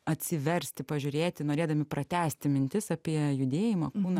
atsiversti pažiūrėti norėdami pratęsti mintis apie judėjimą kūną